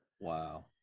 wow